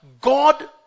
God